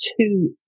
Two